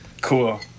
cool